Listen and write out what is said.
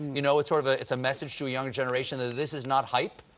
you know it's sort of ah it's a message to young generation that this is not hype,